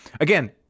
Again